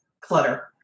clutter